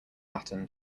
baton